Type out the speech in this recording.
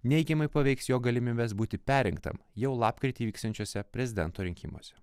neigiamai paveiks jo galimybes būti perrinktam jau lapkritį vyksiančiuose prezidento rinkimuose